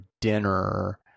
dinner